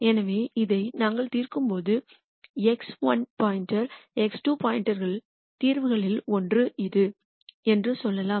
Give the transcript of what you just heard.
எனவே இதை நாங்கள் தீர்க்கும்போதுx1 x2 தீர்வுகளில் ஒன்று இது என்று சொல்லலாம்